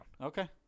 Okay